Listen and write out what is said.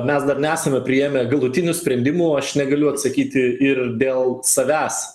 mes dar nesame priėmę galutinių sprendimų aš negaliu atsakyti ir dėl savęs